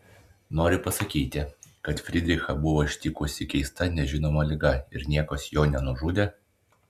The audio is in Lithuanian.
nori pasakyti kad frydrichą buvo ištikusi keista nežinoma liga ir niekas jo nenužudė